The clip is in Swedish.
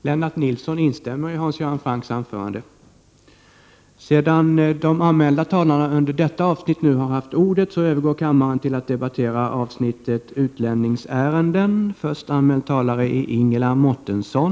Sedan de under avsnittet Regeringens åtgärder med anledning av mordet på statsminister Olof Palme anmälda talarna nu haft ordet övergår kammaren till att debattera avsnittet Utlänningsärenden.